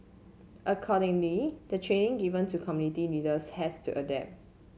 accordingly the training given to community leaders has to adapt